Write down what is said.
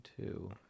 two